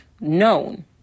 known